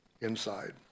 inside